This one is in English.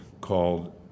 called